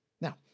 Now